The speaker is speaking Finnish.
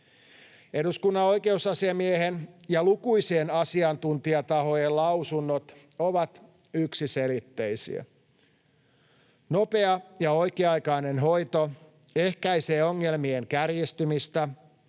Eduskunnan oikeusasiamiehen ja lukuisien asiantuntijatahojen lausunnot ovat yksiselitteisiä: nopea ja oikea-aikainen hoito ehkäisee ongelmien kärjistymistä